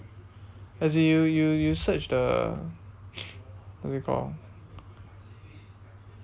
as in you you you search the what's it called